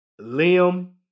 Liam